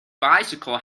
bicycle